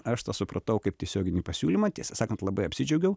aš tą supratau kaip tiesioginį pasiūlymą tiesą sakant labai apsidžiaugiau